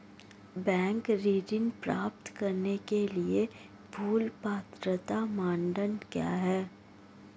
Bank ऋण प्राप्त करने के लिए मूल पात्रता मानदंड क्या हैं?